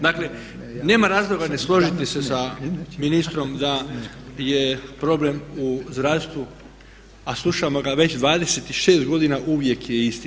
Dakle, nema razloga ne složiti se sa ministrom da je problem u zdravstvu, a slušamo ga već 26 godina i uvijek je isti.